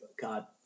god